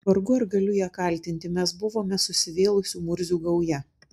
vargu ar galiu ją kaltinti mes buvome susivėlusių murzių gauja